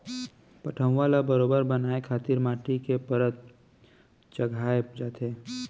पटउहॉं ल बरोबर बनाए खातिर माटी के परत चघाए जाथे